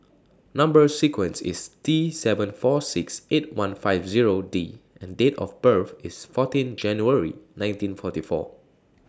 Number sequence IS T seven four six eight one five Zero D and Date of birth IS fourteen January nineteen forty four